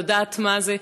היא יודעת מה זה.